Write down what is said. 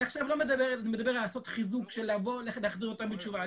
אני עכשיו לא מדבר על לעשות חיזוק של להחזיר אותם בתשובה,